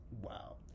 Wow